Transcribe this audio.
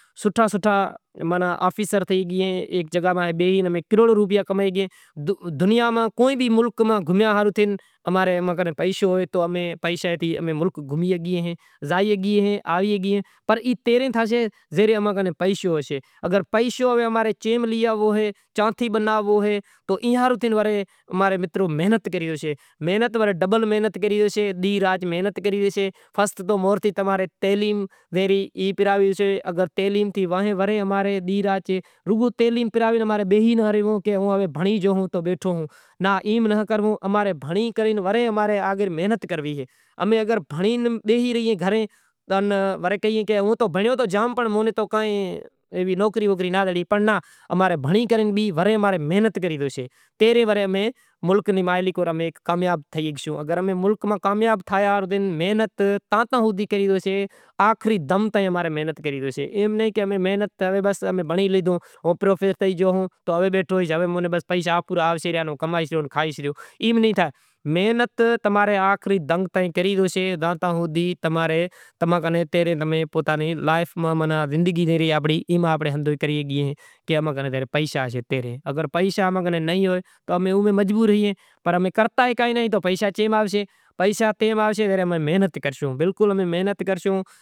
ایک جگا بیہی اماں کروڑوں روپیا کمائی شگیں، ای تیریں تھاسے جڈہیں اماں کن پیشو تھاسے۔ امیں اگر بھنڑی بیہی رہیں گھر وڑے کہیں او تو بھنڑیو ہتو جام پنڑ موں کن کا ایوی نوکری بوکری ناں زڑی پر ناں اماں ری بھنڑی کرے وڑے محنت کرے زوشیں۔ ایم نہیں کہ امیں محنت کری بھنڑی لیدہو محنت تماری آخری دم تائیں کری ریو ہوسے۔ اگر پیشا اماں کن نہیں ہوئیں تو امیں مزبور ہوئیں۔